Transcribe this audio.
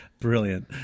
brilliant